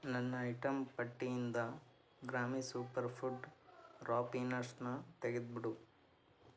ನನ್ನ ಐಟಂ ಪಟ್ಟಿಯಿಂದ Grami super food ಪ್ರಾಪೀನಟ್ಸ್ನ ತೆಗೆದುಬಿಡು